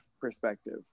perspective